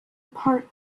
part